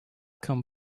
come